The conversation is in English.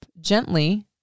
gently